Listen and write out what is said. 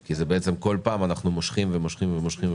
כי בעצם בכל פעם אנחנו מושכים ומושכים ומושכים,